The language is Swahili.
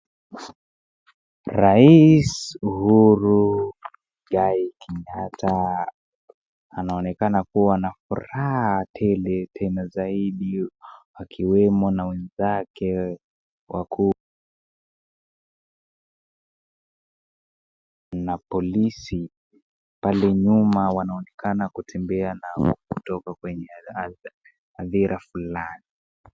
Rais Uhuru Mwigai Kenyata anaonekana kuwa na furaha tele tena zaidi, akiwemo na wenzake wakuu na polisi pale nyuma wanaonekana kutembea na kutoka kwenye hadhira fulani.